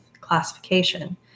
classification